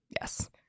Yes